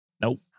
Nope